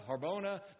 Harbona